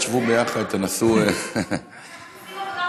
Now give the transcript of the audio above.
תשבו ביחד ותנסו, אנחנו עושים עבודה מקצועית.